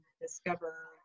discover